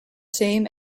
same